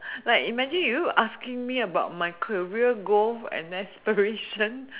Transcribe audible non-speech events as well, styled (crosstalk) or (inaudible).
like imagine you asking me about my career goals and aspirations (laughs)